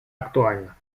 актуально